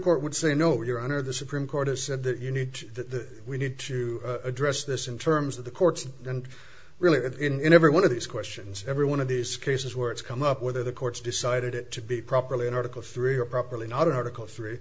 court would say no your honor the supreme court has said that you need to we need to address this in terms of the courts and really in every one of these questions every one of these cases where it's come up with or the courts decided it to be properly in article three or properly not article three